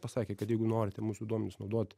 pasakė kad jeigu norite mūsų duomenis naudot